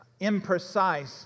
imprecise